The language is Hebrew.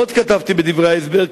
עוד כתבתי בדברי ההסבר,